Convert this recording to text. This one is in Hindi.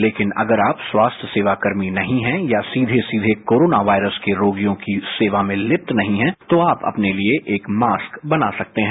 लेकिन अगर आप स्वास्थ्य सेवाकर्मी नहीं हैं या सीधे सीधे कोरोना वायरस के मरीजों की सेवा में लिप्त नहीं हैं तो आप अपने लिये एक मास्क बना सकते हैं